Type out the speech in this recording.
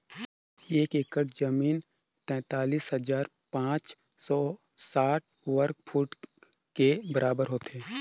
एक एकड़ जमीन तैंतालीस हजार पांच सौ साठ वर्ग फुट के बराबर होथे